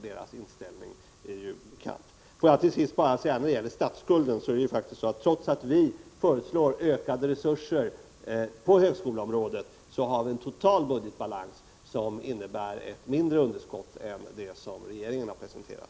Deras inställning är ju bekant. Låt mig till sist säga om statsskulden att trots att vi föreslår ökade resurser på högskoleområdet har vi en total budgetbalans som innebär ett mindre underskott än det som regeringen har presenterat.